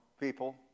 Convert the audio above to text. people